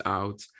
out